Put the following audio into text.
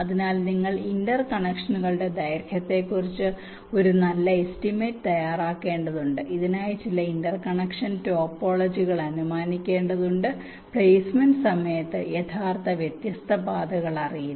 അതിനാൽ നിങ്ങൾ ഇന്റർ കണക്ഷനുകളുടെ ദൈർഘ്യത്തെക്കുറിച്ച് ഒരു നല്ല എസ്റ്റിമേറ്റ് തയ്യാറാക്കേണ്ടതുണ്ട് ഇതിനായി ചില ഇന്റർകണക്ഷൻ ടോപ്പോളജികൾ അനുമാനിക്കേണ്ടതുണ്ട് പ്ലേസ്മെന്റ് സമയത്ത് യഥാർത്ഥ വ്യത്യസ്ത പാതകൾ അറിയില്ല